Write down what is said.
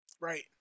Right